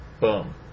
boom